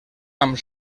amb